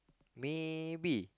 maybe